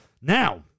now